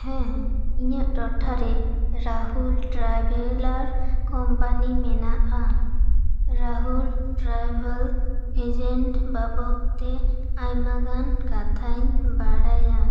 ᱦᱮᱸ ᱤᱧᱟᱹᱜ ᱴᱚᱴᱷᱟ ᱨᱮ ᱨᱟᱦᱩᱞ ᱴᱨᱟᱵᱷᱮᱞᱟᱨ ᱠᱳᱢᱯᱟᱱᱤ ᱢᱮᱱᱟᱜᱼᱟ ᱨᱟᱦᱩᱞ ᱴᱨᱟᱵᱷᱮᱞ ᱮᱡᱮᱱᱴ ᱵᱟᱵᱚᱫ ᱛᱮ ᱟᱭᱢᱟ ᱜᱟᱱ ᱠᱟᱛᱷᱟᱧ ᱵᱟᱲᱟᱭᱟ